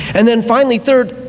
and then finally, third,